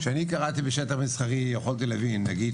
כשאני קראתי בשטח מסחרי, יכולתי להבין נגיד